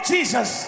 Jesus